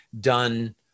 done